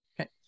Okay